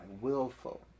willful